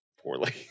poorly